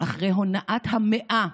אחרי הונאת המאה,